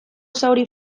zauri